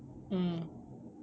mm